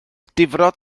difrod